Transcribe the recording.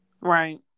right